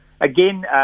again